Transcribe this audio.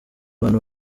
bantu